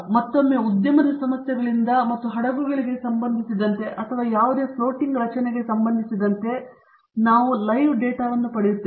ಮತ್ತೊಮ್ಮೆ ಉದ್ಯಮದ ಸಮಸ್ಯೆಗಳಿಂದ ಮತ್ತು ಹಡಗುಗಳಿಗೆ ಸಂಬಂಧಿಸಿದಂತೆ ಅಥವಾ ಯಾವುದೇ ಫ್ಲೋಟಿಂಗ್ ರಚನೆಗೆ ಸಂಬಂಧಿಸಿದಂತೆ ನಾವು ಲೈವ್ ಡೇಟಾವನ್ನು ಪಡೆಯುತ್ತೇವೆ